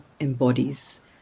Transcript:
embodies